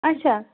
اچھا